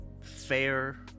fair